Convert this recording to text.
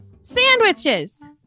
sandwiches